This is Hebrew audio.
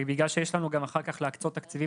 ובגלל שיש לנו צורך להקצות תקציבים